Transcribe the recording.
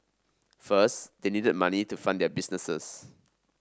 first they needed money to fund their business